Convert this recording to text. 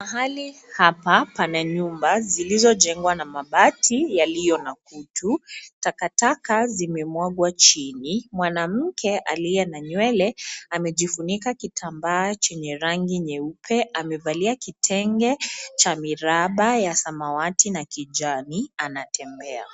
Mahali hapa pana nyumba zilizojengwa na mabati yaliyo na kutu . Takataka zimemwagwa chini. Mwanamke aliiye na nywele amejifunika kitambaa chenye rangi nyeupe. Amevalia kitenge cha miraba ya samawati na kijani. Anatembea.